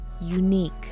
unique